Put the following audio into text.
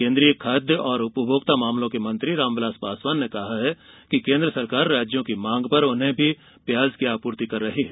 केन्द्रीय खाद्य और उपभोक्ता मामलों के मंत्री रामविलास पासवान ने बताया कि केन्द्र सरकार राज्यों की मांग पर उन्हें भी प्याज की आपूर्ति कर रही है